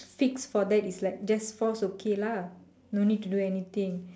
fix for that is like just force okay lah no need to do anything